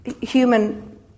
human